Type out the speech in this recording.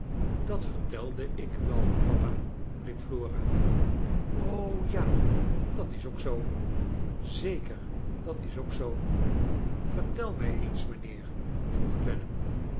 dat vertelde ik u al papa riep flora ja dat is ook zoo zeker dat is ook zoo vertel mij eens mijnheer vroeg